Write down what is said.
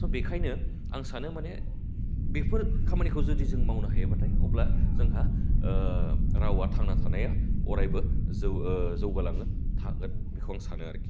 स' बेखायनो आं सानो माने बेफोर खामानिखौ जुदि जों मावनो हायाबाथाय अब्ला जोंहा ओह रावा थांना थानाया अरायबो जौ ओह जौगालांगोन थागोन बेखौ आं सानो आरखि